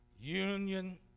union